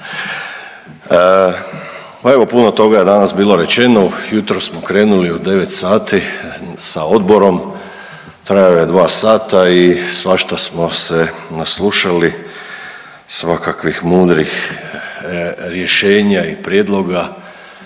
evo puno toga je danas bilo rečeno, jutros smo krenuli od 9,00 sati sa odborom, trajao je dva sata i svašta smo se naslušali, svakakvih mudrih rješenja i prijedloga